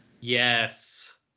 Yes